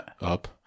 Up